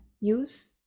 use